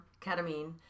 ketamine